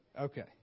Okay